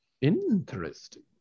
Interesting